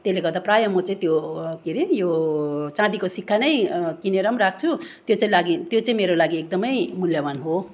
त्यसले गर्दा प्रायः म चाहिँ त्यो के रे यो चाँदीको सिक्का नै किनेर पनि राख्छु त्यो चाहिँ लागि त्यो चाहिँ मेरो लागि एकदमै मूल्यवान हो